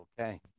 Okay